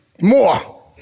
more